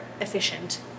efficient